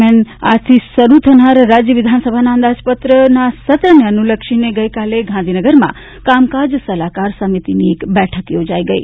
દરમિયાન આજથી શરૂ થનારા રાજ્ય વિધાનસભાના અંદાજપત્રના સત્રને અનુલક્ષીને ગઇકાલે ગાંધીનગરમાં કામકાજ સલાહકાર સમિતિની બેઠક યોજાઇ ગઇ